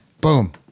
boom